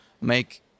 make